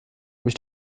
mich